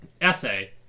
essay